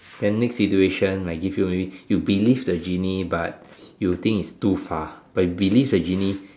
then next situation I give you maybe you believe the genie but you think it's too far but you believe the genie